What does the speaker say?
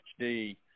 PhD